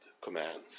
commands